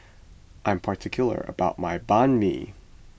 I am particular about my Banh Mi